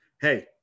Hey